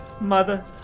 Mother